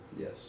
Yes